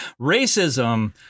racism –